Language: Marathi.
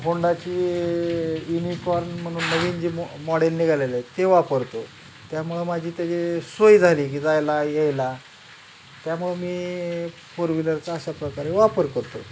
होंडाची युनिकॉर्न म्हणून नवीन जे मॉडेल निघालेले आहे ते वापरतो त्यामुळं माझी त्याची सोय झाली की जायला यायला त्यामुळं मी फोर व्हीलरचा अशा प्रकारे वापर करतो